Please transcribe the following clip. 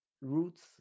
roots